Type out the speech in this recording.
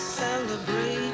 celebrate